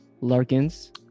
Larkins